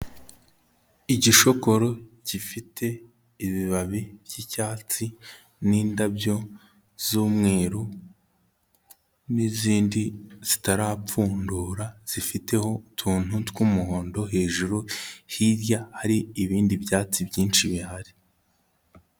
Igishokoro gifite ibibabi by'icyatsi n'indabyo z'umweru n'izindi zitarapfundura, zifiteho utuntu tw'umuhondo hejuru, hirya hari ibindi byatsi byinshi bihari.